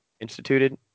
instituted